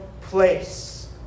place